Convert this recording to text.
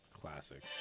Classic